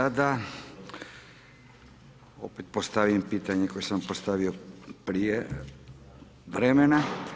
Sada opet postavim pitanje koje sam postavio prije vremena.